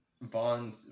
Vaughn